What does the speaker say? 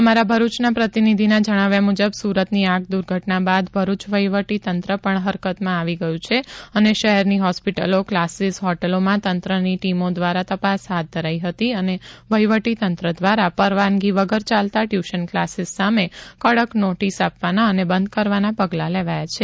અમારા ભરૂચના પ્રતિનિધિના જણાવ્યા મુજબ સુરતની આગ દુર્ઘટના બાદ ભરૂચ વહીવટીતંત્ર પણ હરકતમાં આવી ગયું છે અને શહેરની હોસ્પિટલો ક્લાસીસ હોટલોમાં તંત્રની ટીમો દ્વારા તપાસ હાથ ધરાઈ હતી અને વહીવટીતંત્ર દ્વારા પરવાનગી વગર ચાલતા ટ્યૂશન ક્લાસીસ સામે કડક નોટિસ આપવાના અને બંધ કરવાના પગલાં લેવાયા છે